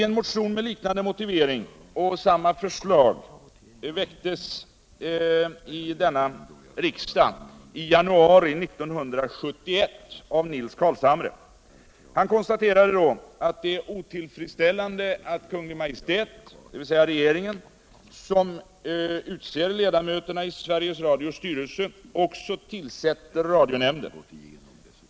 En motion med liknande motivering och samma förslag väcktes i riksdagen i januari 1971 av Nils Carlshamre. Han konstaterade då att det är otillfredsställande att Kungl. Maja. dvs. regeringen, som utser ledamöterna i Sveriges Radios styrelse. också tillsätter radionämnden.